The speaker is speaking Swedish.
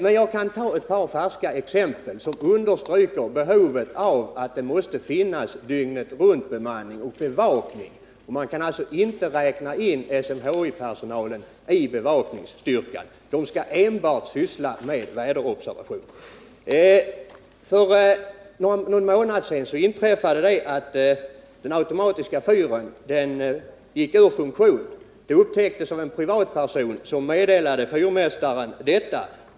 Men jag kan anföra ett par färska exempel som understryker att det måste finnas dygnet-runt-bemanning och bevakning. Och man kan inte räkna in SMHI-personalen i bevakningstyrkan — den skall enbart syssla med väderobservationer. För någon månad sedan gick den automatiska fyren ur funktion. Det upptäcktes av en privatperson som meddelade fyrmästaren.